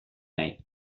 nahi